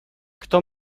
kto